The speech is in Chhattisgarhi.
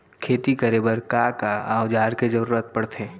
खेती करे बर का का औज़ार के जरूरत पढ़थे?